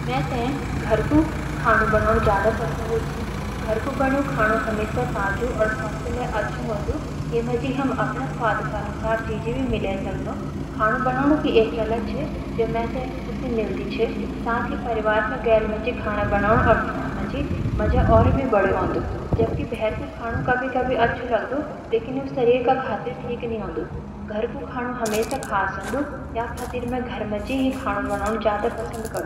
मेते घर कू खानु बनोनू ज्यादा पसंद छ। घर कू बन्यु खानु हमेशा ताजु और स्वस्थ्य लाई अच्छु वंदू और ये माजी हम अपना स्वाद का अनुसर चिजी भी मिल सकदो। खानु बनोनू एक काला छ जेमा मेते ख़ुशी मिलदी छ। साथ ही परिवार का गेल माजी खाना बनन और खान माजी मजा और भी बड़ी जांदू। जबकी भेर कू खानू कभी-कभी अच्छु होंडु लेकिन घर कू खानु हमेसा खास होंडु। यखतीर में घर मजी ही खानु बनोनू ज्यादा पसंद करदो।